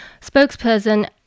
Spokesperson